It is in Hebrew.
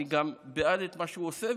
אני גם בעד מה שהוא עושה,